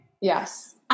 Yes